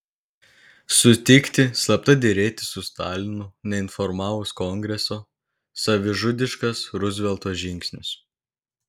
sutikti slapta derėtis su stalinu neinformavus kongreso savižudiškas ruzvelto žingsnis